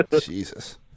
Jesus